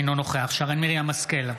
אינו נוכח שרן מרים השכל,